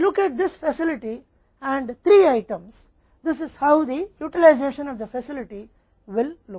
इसलिए यदि हम इस सुविधा और तीन वस्तुओं को देखते हैं तो यह है कि सुविधा का उपयोग कैसा दिखेगा